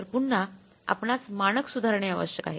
तर पुन्हा आपणास मानक सुधारणे आवश्यक आहे